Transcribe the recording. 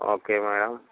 okay madam